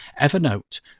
Evernote